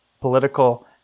political